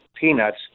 peanuts